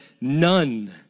none